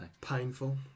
Painful